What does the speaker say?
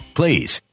please